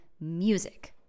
music